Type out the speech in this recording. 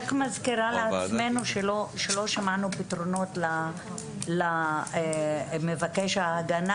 אני רק מזכירה לעצמנו שלא שמענו כאן פתרונות למבקש ההגנה